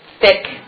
thick